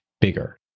bigger